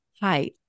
hi